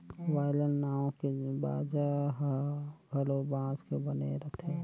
violin नांव के बाजा ह घलो बांस के बने रथे